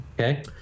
Okay